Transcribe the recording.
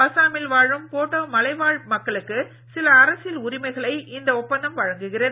அசாமில் வாழும் போடோ மலை வாழ் மக்களுக்கு சில அரசியல் உரிமைகளை இந்த ஒப்பந்தம் வழங்குகிறது